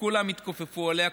שכולם התכופפו אליה.